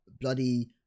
bloody